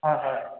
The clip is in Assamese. হয় হয়